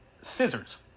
Scissors